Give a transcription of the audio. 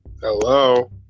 Hello